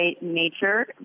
nature